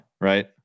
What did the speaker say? Right